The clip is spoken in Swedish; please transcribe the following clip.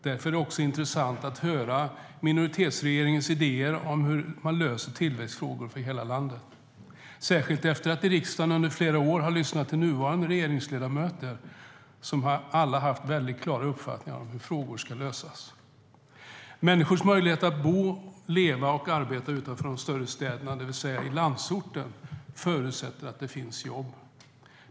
Därför är det också intressant att höra minoritetsregeringens idéer om hur man löser tillväxtfrågor i hela landet, särskilt efter att i riksdagen under flera år ha lyssnat till nuvarande regeringsledamöter som alla har haft klara uppfattningar om hur frågor ska lösas. Människors möjlighet att bo, leva och arbeta utanför de större städerna, det vill säga i landsorten, förutsätter att det finns jobb.